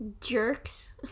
Jerks